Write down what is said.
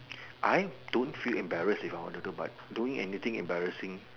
I don't feel embarrassing with all I don't know but doing anything embarrassing